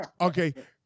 Okay